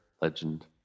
legend